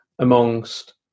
amongst